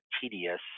tedious